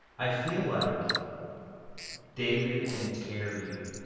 i feel like david and terry,